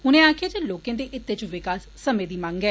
उने आक्खेआ जे लोकें दे हित्तै च विकास समें दी मंग ऐ